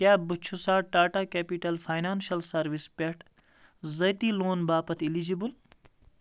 کیٛاہ بہٕ چھُسہ ٹاٹا کٮ۪پِٹَل فاینانشَل سٔروِس پٮ۪ٹھٕ ذٲتی لون باپتھ اِلِجِبٕل